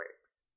works